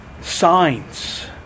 signs